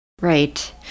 Right